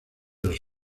los